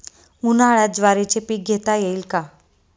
उन्हाळ्यात ज्वारीचे पीक घेता येईल का?